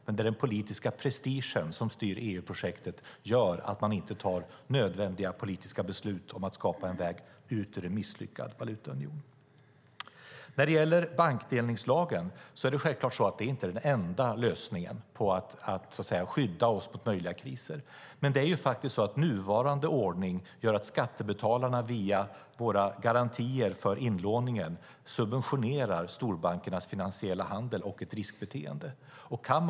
Men den politiska prestigen som styr EU-projektet gör att man inte fattar nödvändiga politiska beslut om att skapa en väg ut ur en misslyckad valutaunion. En bankdelningslag är inte den enda lösningen för att skydda oss mot möjliga kriser, men den nuvarande ordningen gör att skattebetalarna subventionerar storbankernas finansiella handel och ett riskbeteende via våra garantier för inlåningen.